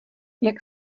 jak